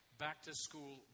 back-to-school